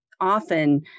often